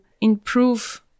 improve